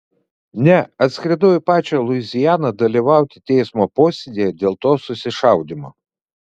ne atskridau į pačią luizianą dalyvauti teismo posėdyje dėl to susišaudymo